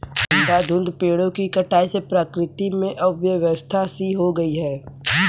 अंधाधुंध पेड़ों की कटाई से प्रकृति में अव्यवस्था सी हो गई है